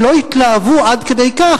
שלא יתלהבו עד כדי כך,